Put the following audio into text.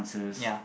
ya